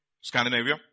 Scandinavia